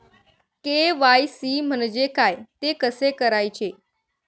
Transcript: KYC म्हणजे काय? ते कसे करायचे?